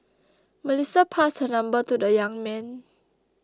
Melissa passed her number to the young man